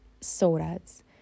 sodas